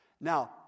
Now